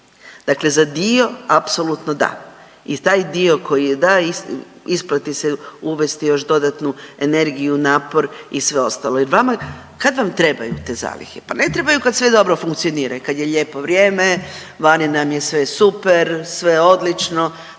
Dakle, za dio apsolutno da. I taj dio koji je, da isplati se uvesti još dodatnu energiju, napor i sve ostalo. Jer vama, kad vam trebaju te zalihe? Pa ne trebaju kad sve dobro funkcionira i kad je lijepo vrijeme, vani nam je sve super, sve je odlično.